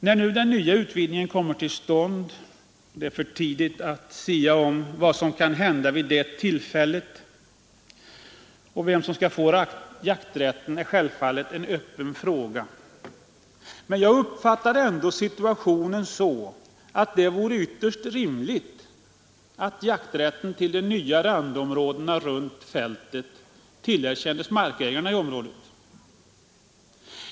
Det är för tidigt att sia om vad som kan hända när nu den nya utvidgningen kommer till stånd, och vem som 'skall få jakträtten är självfallet en öppen fråga. Men jag uppfattar ändå situationen så att det vore ytterst rimligt att jakträtten till de nya landområdena runt fältet tillerkändes markägarna i området.